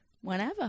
whenever